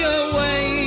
away